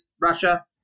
Russia